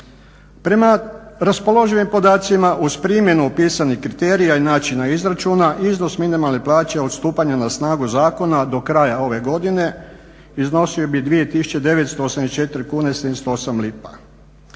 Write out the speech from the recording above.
Prema raspoloživim podacima uz primjenu pisanih kriterija i načina izračuna iznos minimalne plaće odstupanja na snagu zakona do kraja ove godine iznosio bi 2984,78